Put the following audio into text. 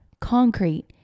concrete